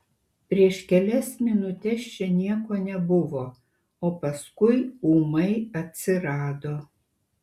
prieš kelias minutes čia nieko nebuvo o paskui ūmai atsirado